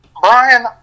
Brian